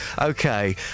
Okay